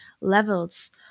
levels